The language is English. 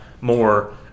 more